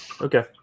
Okay